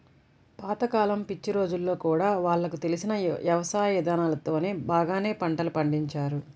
పాత కాలం పిచ్చి రోజుల్లో గూడా వాళ్లకు తెలిసిన యవసాయ ఇదానాలతోనే బాగానే పంటలు పండించారు